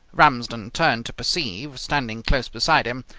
ramsden turned to perceive, standing close beside him,